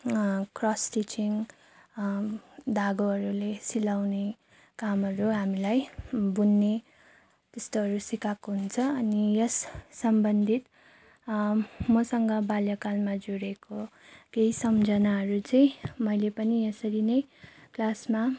cross stitching धागोहरूले सिलाउने कामहरू हामीलाई बुन्ने त्यस्तोहरू सिकाएको हुन्छ अनि यस सम्बन्धित मसँग बाल्य कालमा जोडिएको केही सम्झनाहरू चाहिँ मैले पनि यसरी नै क्लासमा